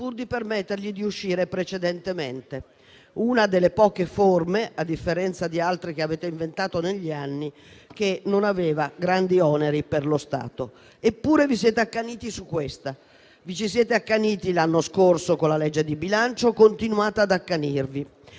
pur di permetter loro di uscire anticipatamente; una delle poche forme, a differenza di altre che avete inventato negli anni, che non aveva grandi oneri per lo Stato. Eppure vi siete accaniti su questa: lo avete fatto l'anno scorso e con il disegno di legge di bilancio continuate a farlo.